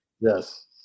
Yes